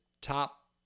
top